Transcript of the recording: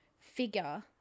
figure